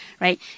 right